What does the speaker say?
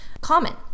common